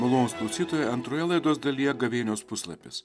malonūs klausytojai antroje laidos dalyje gavėnios puslapis